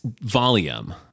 volume